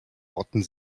rotten